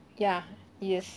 ya yes